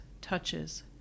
touches